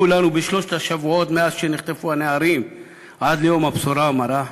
לנו בשלושת השבועות מאז נחטפו הנערים עד ליום הבשורה המרה,